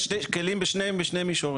יש שני כלים בשני מישורים,